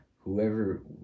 whoever